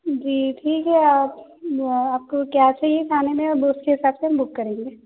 جی ٹھیک ہے آپ آپ کو کیا چاہیے کھانے میں اب اس کے ساتھ ساتھ بک کریں گے